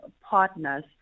partners